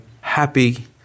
happy